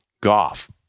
golf